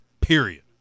Period